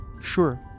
Sure